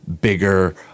bigger